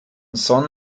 sonn